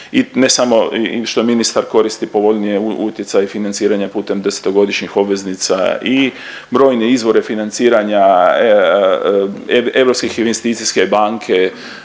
ne samo što ministar koristi povoljnije utjecaj financiranja putem desetogodišnjih obveznica i brojne izvore financiranja, Europske investicijske banke,